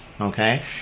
okay